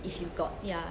if you got ya